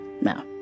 No